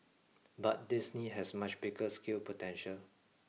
but Disney has much bigger scale potential